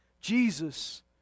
Jesus